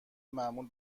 معمول